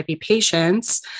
patients